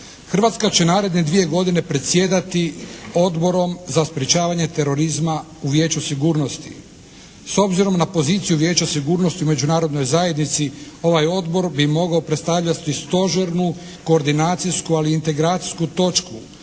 Hrvatska će naredne dvije godine predsjedati odborom za sprječavanje terorizma u Vijeću sigurnosti. S obzirom na poziciju Vijeća sigurnosti u međunarodnoj zajednici, ovaj Odbor bi mogao predstavljati stožernu, koordinacijsku ali i integracijsku točku